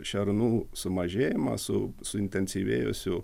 šernų sumažėjimą su suintensyvėjusiu